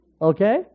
Okay